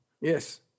Yes